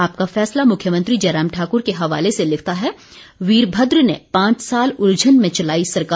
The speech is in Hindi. आपका फैसला मुख्यमंत्री जयराम ठाकुर के हवाले से लिखता है वीरभद्र ने पांच साल उलझन में चलाई सरकार